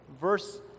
Verse